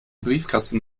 briefkasten